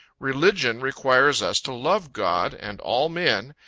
religion requires us to love god, and all men,